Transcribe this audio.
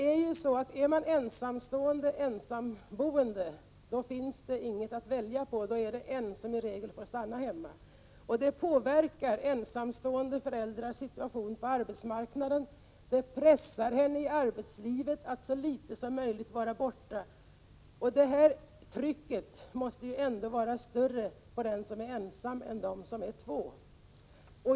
Är man ensamstående ensamboende har man ingen annan än sig själv att välja på, då måste man stanna hemma. Detta påverkar ensamföräldrarnas situation på arbetsmarknaden och pressar dem i arbetslivet att så litet som möjligt vara borta. Trycket måste ändå vara större för den som är ensam än när man är två.